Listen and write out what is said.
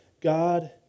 God